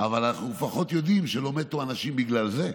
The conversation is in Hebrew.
אבל לפחות אנחנו יודעים שלא מתו אנשים בגלל זה.